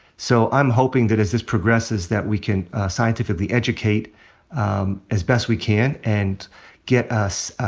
so i'm hoping that as this progresses that we can scientifically educate as best we can, and get us,